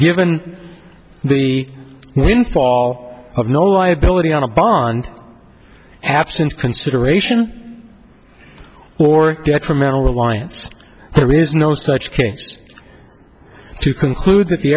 given the now in fall of no liability on a bond absent consideration or detrimental reliance there is no such case to conclude that the